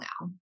now